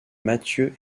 mathieu